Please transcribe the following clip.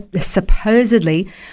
supposedly